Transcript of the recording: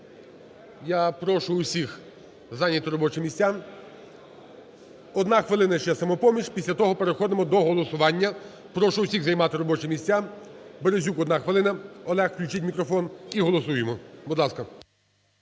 Я прошу всіх зайняти робочі місця. 1 хвилина, ще "Самопоміч", після того переходимо до голосування. Прошу всіх займати робочі місця. Березюк, 1 хвилина, Олег. Включіть мікрофон. І голосуємо, будь ласка.